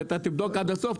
ואתה תבדוק עד הסוף,